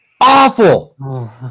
awful